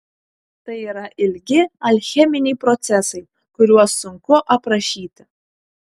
tai yra ilgi alcheminiai procesai kuriuos sunku aprašyti